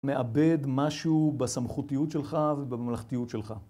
מאבד משהו בסמכותיות שלך ובממלכתיות שלך.